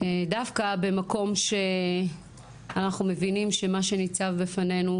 דווקא במקום שאנחנו מבינים שמה שניצב בפנינו